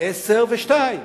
10 ו-2,